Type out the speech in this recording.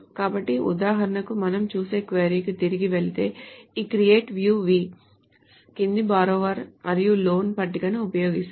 కాబట్టి ఉదాహరణకు మనం చూసే క్వరీ కు తిరిగి వెళితే ఈ create view v కింది borrower మరియు loan పట్టికలను ఉపయోగిస్తుంది